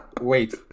Wait